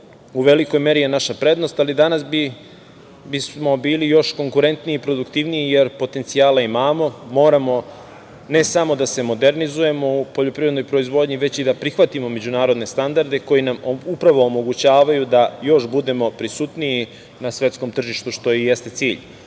u velikoj meri je naša prednost, ali danas bismo bili još konkurentniji i produktivniji jer potencijala imamo. Moramo ne samo da se modernizujemo u poljoprivrednoj proizvodnji, već i da prihvatimo međunarodne standarde koji nam upravo omogućavaju da još budemo prisutniji na svetskom tržištu, što i jeste cilj. Ovaj